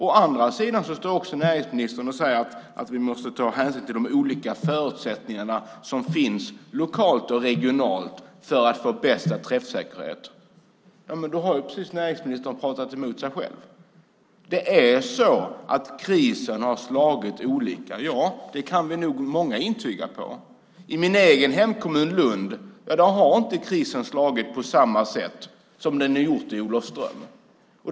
Å andra sidan säger näringsministern att vi måste ta hänsyn till de olika förutsättningarna som finns lokalt och regionalt för att få bästa träffsäkerhet. Då har näringsministern pratat emot sig själv. Vi är nog många som kan intyga att krisen har slagit olika. I min hemkommun Lund har krisen inte slagit på samma sätt som den gjort i Olofström.